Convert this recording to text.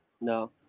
no